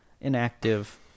inactive